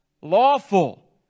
lawful